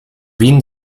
wien